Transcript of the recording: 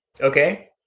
Okay